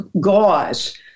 gauze